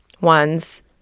ones